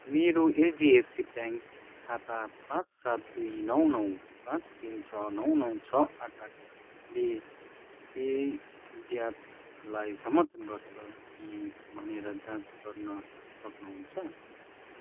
मेरो HDFC bank खाता पाँच सात दुई नौ नौ पाँच तिन छ नौ नौ छ आठ आठले पे ज्यापलाई समर्थन गर्छ कि भनेर जाँच गर्न सक्नुहुन्छ